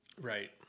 Right